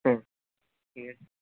হুম ঠিক আছে